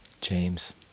James